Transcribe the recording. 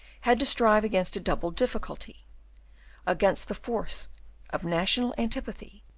had to strive against a double difficulty against the force of national antipathy,